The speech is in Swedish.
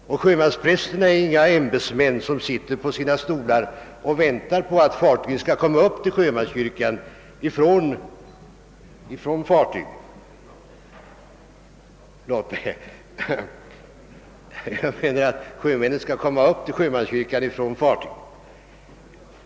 Sjömansprästerna är inga ämbetsmän som sitter på sina stolar och väntar på att sjömännen skall komma upp till sjömanskyrkan ifrån fartygen.